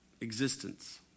existence